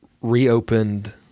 reopened